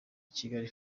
kigali